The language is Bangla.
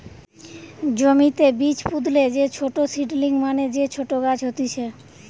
জমিতে বীজ পুতলে যে ছোট সীডলিং মানে যে ছোট গাছ হতিছে